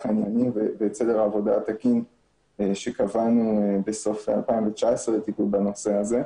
העניינים ואת סדר העבודה התקין שקבענו בסוף 2019 לטיפול בנושא הזה.